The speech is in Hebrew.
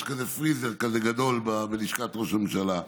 יש פריזר כזה גדול בלשכת ראש הממשלה.